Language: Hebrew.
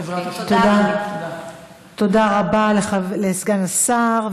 תודה רבה לסגן השר.